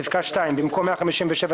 (ב)בפסקה (2), במקום "157.5%"